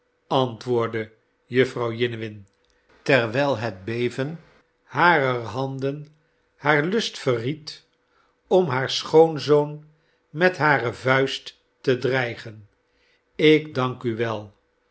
antwoordde jufvrouw jiniwin terwijl het beven harer handen haar lust verried om haar schoonzoon met hare vuist te dreigen ik dank u wel